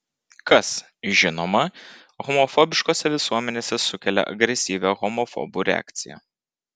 kas žinoma homofobiškose visuomenėse sukelia agresyvią homofobų reakciją